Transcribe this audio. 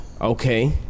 Okay